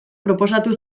proposatu